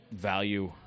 value